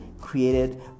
created